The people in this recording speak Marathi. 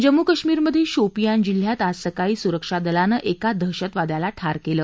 जम्मू कश्मीरमध्ये शोपियान जिल्ह्यात आज सकाळी सुरक्षा दलानं एका दहशतवाद्याला ठार केलं